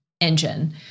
engine